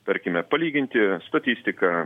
tarkime palyginti statistiką